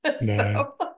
No